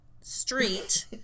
street